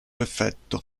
effetto